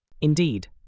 Indeed